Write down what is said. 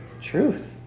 truth